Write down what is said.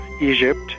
Egypt